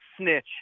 snitch